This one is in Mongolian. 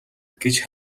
гэж